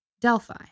Delphi